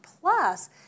Plus